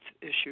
issue